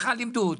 - ככה לימדו אותי.